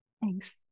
Thanks